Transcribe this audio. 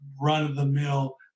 run-of-the-mill